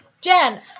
Jen